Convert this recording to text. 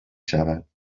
شود